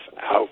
out